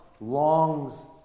longs